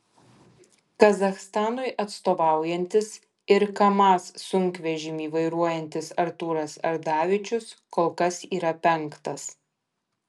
kazachstanui atstovaujantis ir kamaz sunkvežimį vairuojantis artūras ardavičius kol kas yra penktas